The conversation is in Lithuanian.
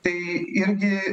tai irgi